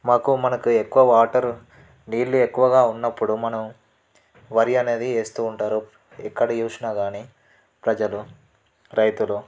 మాకు మనకు ఎక్కువ వాటర్ నీళ్ళు ఎక్కువగా ఉన్నప్పుడు మనం వరి అనేది వేస్తూ ఉంటారు ఎక్కడ చూసినా గానీ ప్రజలు రైతులు